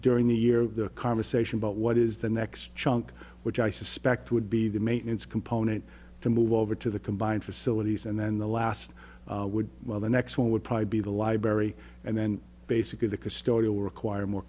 during the year the conversation about what is the next chunk which i suspect would be the maintenance component to move over to the combined facilities and then the last would well the next one would probably be the library and then basically the custodial require more